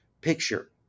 picture